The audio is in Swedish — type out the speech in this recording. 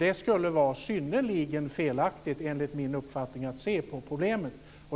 Detta skulle vara synnerligen felaktigt, enligt min sätt att se på problemet.